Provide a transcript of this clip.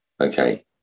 Okay